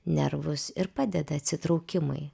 nervus ir padeda atsitraukimui